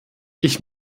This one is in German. ich